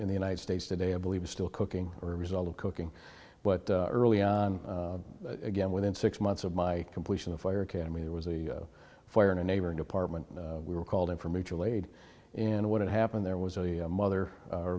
in the united states today i believe is still cooking or result of cooking but early on again within six months of my completion of fire academy there was a fire in a neighboring apartment we were called in for mutual aid and what had happened there was a mother